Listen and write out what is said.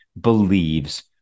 believes